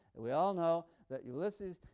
we all know that ulysses,